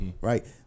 Right